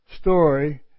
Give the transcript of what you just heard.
story